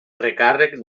recàrrec